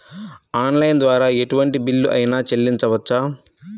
Online ద్వారా ఎటువంటి bill అయినా చెల్లించవచ్చా?